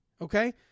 okay